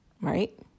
Right